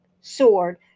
sword